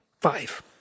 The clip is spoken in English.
Five